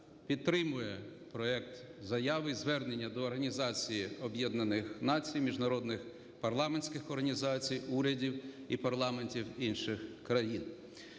підтримує проект заяви і звернення до Організації Об'єднаних Націй, міжнародних парламентських організацій, урядів і парламентів інших країн.